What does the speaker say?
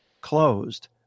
closed